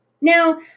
Now